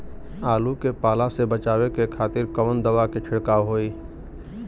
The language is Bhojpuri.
आलू के पाला से बचावे के खातिर कवन दवा के छिड़काव होई?